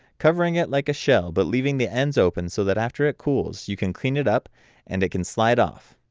covering it like a shell but leaving the ends open so that after it cools you can clean it up and it can slide off.